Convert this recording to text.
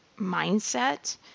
mindset